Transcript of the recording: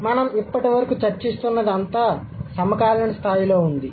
కాబట్టి మనం ఇప్పటివరకు చర్చిస్తున్నది అంతా సమకాలీన స్థాయిలో ఉంది